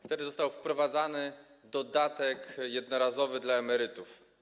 Wtedy został wprowadzony dodatek jednorazowy dla emerytów.